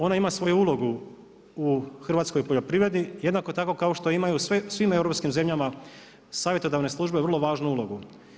Ona ima svoju ulogu u hrvatskoj poljoprivredi jednako tako kao što imaju u svim europskim zemljama savjetodavne službe vrlo važnu ulogu.